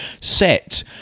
set